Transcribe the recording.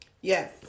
Yes